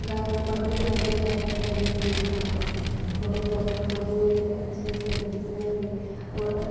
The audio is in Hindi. गा बकरी का दूध ज़्यादातर नहीं मिलता है बहुत जगह खोजने पर अच्छे से देखने पर और अच्